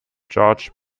george